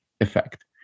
effect